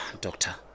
Doctor